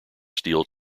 steel